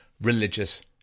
religious